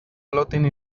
floating